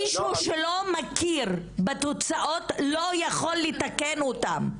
מישהו שלא מכיר בתוצאות לא יכול לתקן אותן.